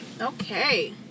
Okay